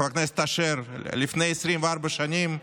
חבר הכנסת אשר, לפני 24 שנים,